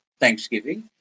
Thanksgiving